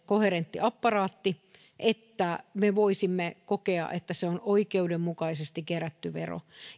koherentti apparaatti että me voisimme kokea että se on oikeudenmukaisesti kerätty vero